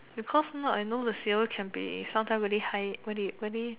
because not I know the C_O_E can be sometime very high very very